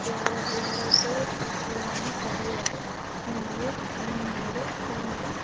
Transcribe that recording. ಯಾರ ಯಾರದ್ದೇ ಸಹಾಯವನ್ನು ಪಡೆಯದೇ ನಾವೇ ಫೋನಿನಲ್ಲಿ ನೋಡಿ